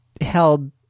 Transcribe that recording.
held